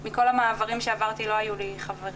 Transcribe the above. מכל המעברים שעברתי לא היו לי חברים,